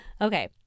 Okay